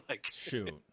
Shoot